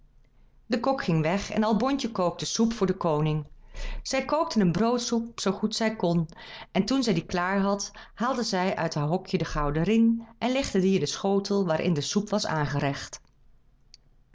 de kok ging weg en albontje kookte soep voor den koning zij kookte een broodsoep zoo goed zij kon en toen zij die klaar had haalde zij uit haar hokje den gouden ring en legde dien in den schotel waarin de soep was aangerecht